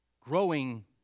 growing